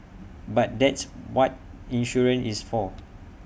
but that's what insurance is for